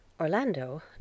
orlando